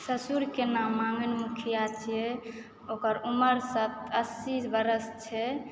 ससुरके नाम माँगैन मुखिआ छियै ओकर उमर अस्सी वर्ष छै